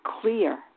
clear